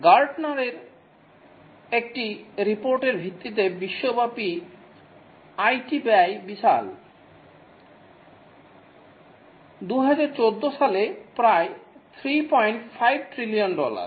Gartner এর একটি রিপোর্টের ভিত্তিতে বিশ্বব্যাপী আইটি ব্যয় বিশাল 2014 সালে প্রায় 35 ট্রিলিয়ন ডলার